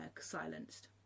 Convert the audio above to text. silenced